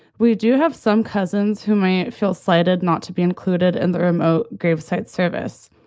we do have some cousins who might feel slighted not to be included in the remote graveside service.